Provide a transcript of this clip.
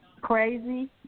crazy